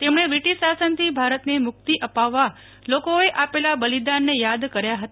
તેમણે બ્રીટીશ શાસનથી ભારતને મુકતી અપાવવા લોકોએ આપેલા બલિદાનને યાદ કર્યા હતા